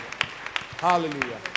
Hallelujah